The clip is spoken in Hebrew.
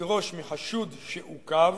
לדרוש מחשוד שעוכב,